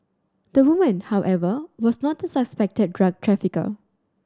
the woman however was not the suspected drug trafficker